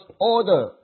order